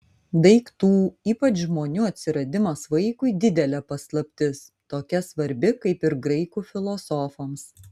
daiktų ypač žmonių atsiradimas vaikui didelė paslaptis tokia svarbi kaip ir graikų filosofams